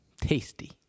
tasty